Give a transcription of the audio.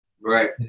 right